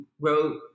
wrote